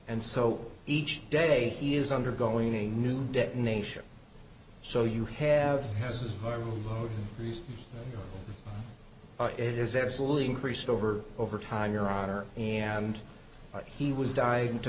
and so each day he is undergoing a new detonation so you have as a reason it is absolutely increased over over time your honor and that he was dying to